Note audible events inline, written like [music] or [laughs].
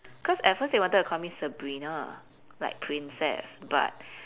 cause at first they wanted to call me sabrina like princess but [laughs]